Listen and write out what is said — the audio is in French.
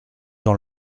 dans